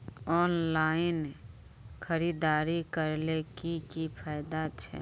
Online खरीदारी करले की की फायदा छे?